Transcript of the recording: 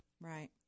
right